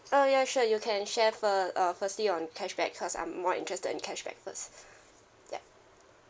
uh ya sure you can share first uh firstly on cashback cause I'm more interested in cashback first yup